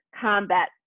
combat